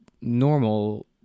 normal